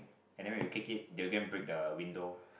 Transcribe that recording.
and then we kick it they again break the window